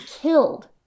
killed